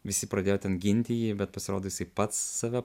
visi pradėjo ten ginti jį bet pasirodo jisai pats save